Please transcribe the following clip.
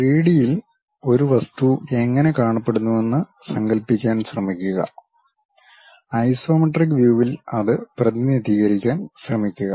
ത്രീഡിയിൽ ഒരു വസ്തു എങ്ങനെ കാണപ്പെടുന്നുവെന്ന് സങ്കൽപ്പിക്കാൻ ശ്രമിക്കുക ഐസോമെട്രിക് വ്യൂവിൽ അത് പ്രതിനിധീകരിക്കാൻ ശ്രമിക്കുക